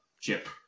chip